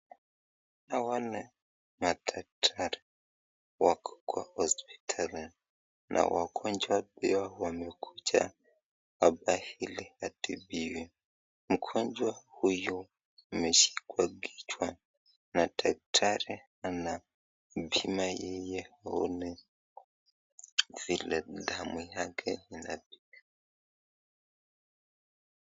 Hawa ni madaktari wako kwa hospital na wagonjwa pia wamekuja hapa ili watibiwe, mgonjwa huyu ameshikwa kichwa na daktari anapima yeye vile damu yake inatoka.